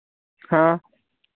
हाँ